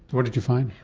what did you find?